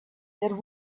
that